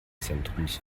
zentrums